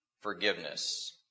forgiveness